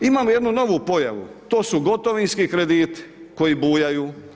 Imamo jednu novu pojavu to su gotovinski krediti koji bujaju.